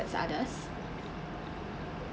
others